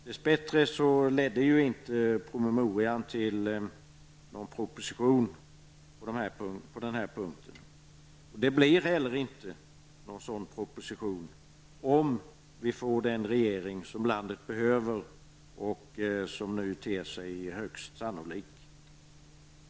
Dess bättre ledde inte promemorian till någon proposition på den här punkten. Det blir inte heller någon sådan proposition om vi får den regering som landet behöver och som nu ter sig högst sannolik.